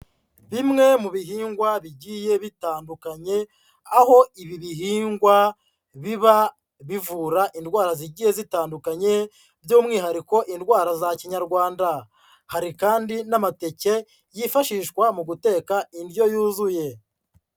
Bimwe mu bihingwa bigiye bitandukanye, aho ibi bihingwa biba bivura indwara zigiye zitandukanye by'umwihariko indwara za kinyarwanda, hari kandi n'amateke yifashishwa mu guteka indyo yuzuye.